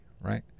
right